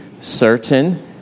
certain